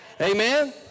Amen